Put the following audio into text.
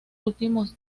últimos